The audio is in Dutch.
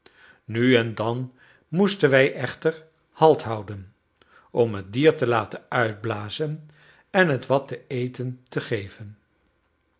nu en dan moesten wij echter halt houden om het dier te laten uitblazen en het wat te eten te geven